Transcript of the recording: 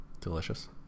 delicious